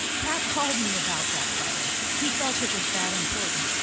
pat called me about that letter. he felt it was that important.